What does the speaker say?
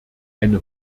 eine